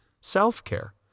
self-care